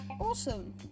awesome